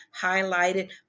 highlighted